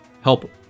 help